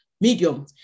medium